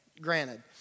granted